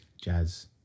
jazz